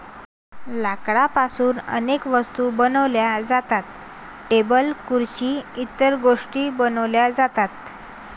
लाकडापासून अनेक वस्तू बनवल्या जातात, टेबल खुर्सी इतर गोष्टीं बनवल्या जातात